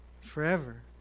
forever